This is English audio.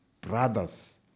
brothers